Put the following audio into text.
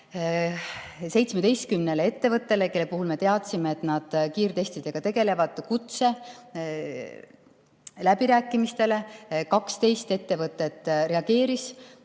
17 ettevõttele, kelle kohta me teadsime, et nad kiirtestidega tegelevad, kutse läbirääkimistele. 12 ettevõtet reageeris